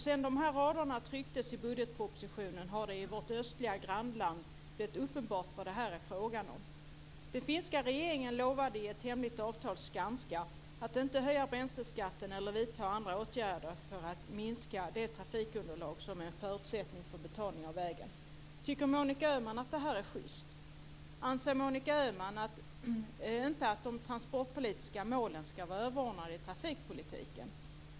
Sedan dessa rader trycktes i budgetpropositionen har det i vårt östliga grannland blivit uppenbart vad det är fråga om. Den finska regeringen lovade i ett hemligt avtal Skanska att inte höja bränsleskatten eller vidta andra åtgärder för att minska det trafikunderlag som är en förutsättning för betalning av vägar. Tycker Monica Öhman att det här är schyst? Anser Monica Öhman inte att de transportpolitiska målen ska vara överordnade i trafikpolitiken?